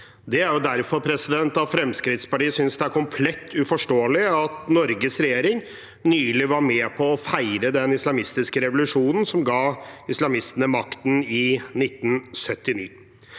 Derfor synes Fremskrittspartiet det er komplett uforståelig at Norges regjering nylig var med på å feire den islamistiske revolusjonen som ga islamistene makten i 1979.